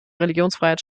religionsfreiheit